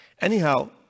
Anyhow